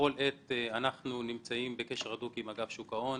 בכל עת אנחנו נמצאים בקשר הדוק עם אגף שוק הון,